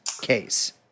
case